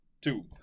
two